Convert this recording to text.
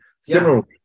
Similarly